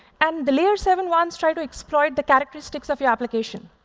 and the layer seven ones try to exploit the characteristics of your application.